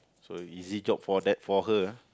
so easy job for that for her ah